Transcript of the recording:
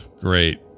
Great